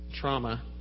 trauma